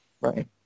Right